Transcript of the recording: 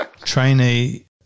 trainee